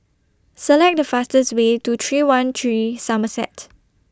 Select The fastest Way to three one three Somerset